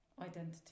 identity